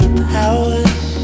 powers